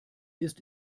ist